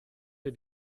ihr